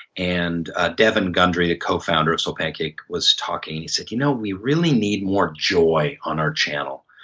and ah devon gundry, the cofounder of soulpancake, was talking and he said, you know, we really need more joy on our channel.